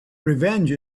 revenge